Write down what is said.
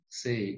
say